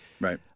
Right